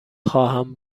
خواهم